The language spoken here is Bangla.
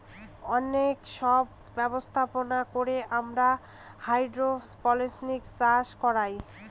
অনেক সব ব্যবস্থাপনা করে আমরা হাইড্রোপনিক্স চাষ করায়